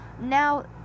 Now